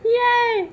!yay!